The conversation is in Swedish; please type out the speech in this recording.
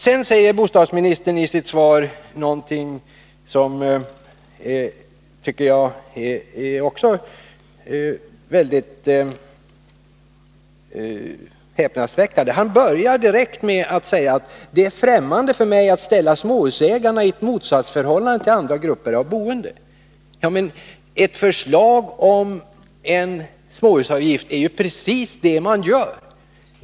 Sedan säger bostadsministern i sitt svar någonting som jag också tycker är häpnadsväckande. Han börjar direkt med att säga: ”Det är främmande för mig att ställa småhusägare i ett motsatsförhållande till andra grupper av boende”. Ja, men ett förslag om en småhusavgift innebär ju precis detta.